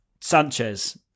Sanchez